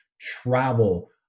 travel